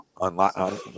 Unlock